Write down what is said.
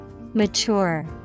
Mature